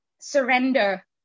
surrender